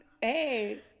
hey